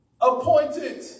appointed